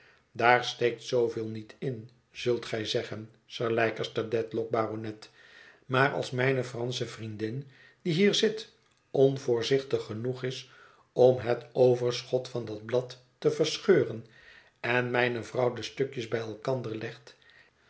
daar steekt zooveel niet in zult gij zeggen sir leicester dedlock baronet maar als mijne fransche vriendin die hier zit onvoorzichtig genoeg is om het overschot van dat blad te verscheuren en mijne vrouw de stukjes bij elkander legt